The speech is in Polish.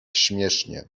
śmiesznie